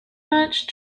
much